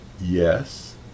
Yes